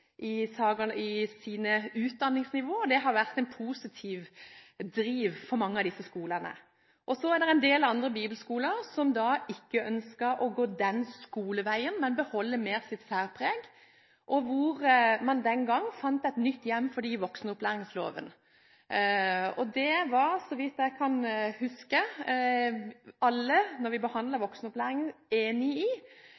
i sine utdanningsnivå, og det har vært en positiv driv for mange av disse skolene. Så er det en del andre bibelskoler som ikke ønsket å gå den skoleveien, men mer beholde sitt særpreg, og man fant den gang et nytt «hjem» for dem i voksenopplæringsloven. Så vidt jeg kan huske, var alle enig i da vi